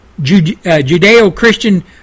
Judeo-Christian